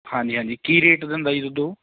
ਹਾਂਜੀ ਹਾਂਜੀ ਕੀ ਰੇਟ ਦਿੰਦਾ ਜੀ ਦੁੱਧ ਉਹ